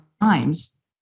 Times